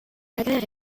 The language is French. agraire